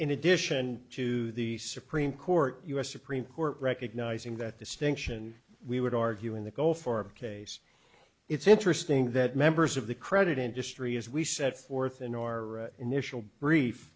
in addition to the supreme court u s supreme court recognizing that distinction we would argue in the gulf for a case it's interesting that members of the credit industry as we set forth in or initial brief